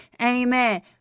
Amen